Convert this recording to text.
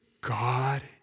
God